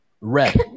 Red